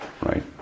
right